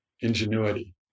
ingenuity